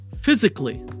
physically